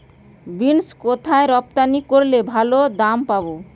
Beans কোথায় রপ্তানি করলে ভালো দাম পাব?